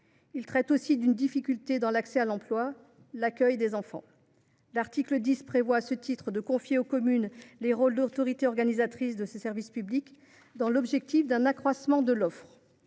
Il traite aussi d’une difficulté dans l’accès à l’emploi : la garde des enfants. L’article 10 prévoit, à ce titre, de confier aux communes le rôle d’autorités organisatrices de ce service public dans l’objectif d’un accroissement de l’offre.